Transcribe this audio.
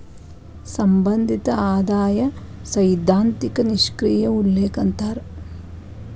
ಸಂಬಂಧಿತ ಆದಾಯ ಸೈದ್ಧಾಂತಿಕ ನಿಷ್ಕ್ರಿಯ ಉಲ್ಲೇಖ ಅಂತಾರ